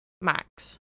Max